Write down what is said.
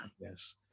Yes